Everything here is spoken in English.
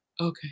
Okay